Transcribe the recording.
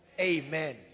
amen